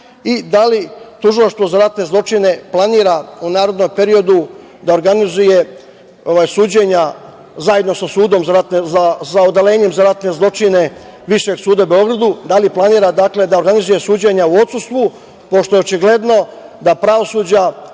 li Tužilaštvo za ratne zločine planira u narednom periodu da organizuje suđenja zajedno sa Odeljenjem za ratne zločine Višeg suda u Beogradu, da li planira da organizuje suđenja u odsustvu, pošto je očigledno da pravosuđa